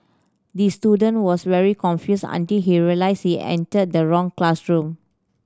the student was very confused until he realised he entered the wrong classroom